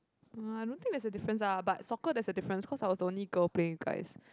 uh I don't think there's a difference ah but soccer there's a difference cause I was the only girl playing with guys